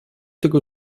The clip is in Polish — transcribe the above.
tego